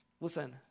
listen